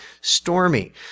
stormy